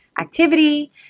activity